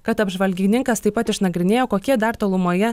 kad apžvalgininkas taip pat išnagrinėjo kokie dar tolumoje